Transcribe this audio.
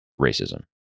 racism